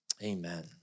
Amen